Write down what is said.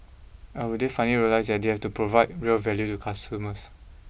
or will they finally realise that they have to provide real value to consumers